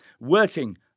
working